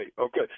okay